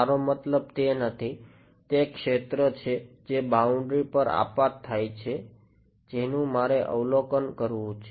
મારો મતલબ તે નથી તે ક્ષેત્ર છે જે બાઉન્ડ્રી પર આપાત થાય છે જેનું મારે અવલોકન કરવું છે